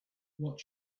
what